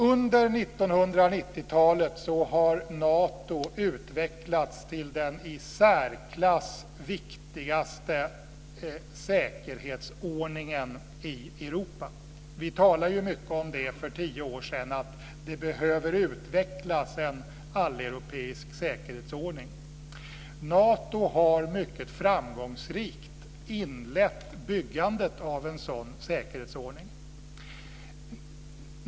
Under 1990-talet har Nato utvecklats till den i särklass viktigaste säkerhetsordningen i Europa. Vi talade för tio år sedan mycket om att det behövde utvecklas en alleuropeisk säkerhetsordning. Nato har mycket framgångsrikt inlett byggandet av en sådan säkerhetsordning.